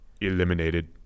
Eliminated